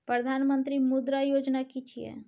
प्रधानमंत्री मुद्रा योजना कि छिए?